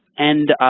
and